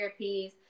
therapies